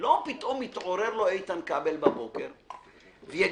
לא פתאום יתעורר לו איתן כבל בבוקר ויגיד,